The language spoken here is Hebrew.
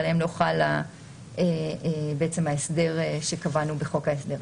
כי עליהן לא חל בעצם ההסדר שקבענו בחוק ההסדרים.